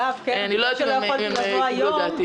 אחרי שלא יכולתי לבוא היום,